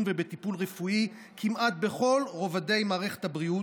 ובטיפול רפואי כמעט בכל רובדי מערכת הבריאות,